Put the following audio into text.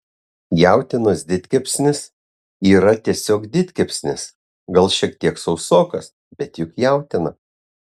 jautienos didkepsnis yra tiesiog didkepsnis gal šiek tiek sausokas bet juk jautiena